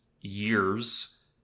years